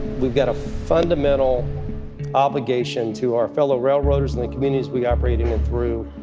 we've got a fundamental obligation to our fellow railroaders and the communities we operate them and through,